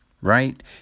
right